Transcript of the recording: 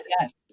Yes